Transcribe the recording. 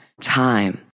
time